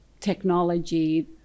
technology